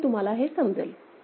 त्यावेळी तुम्हाला हे समजेल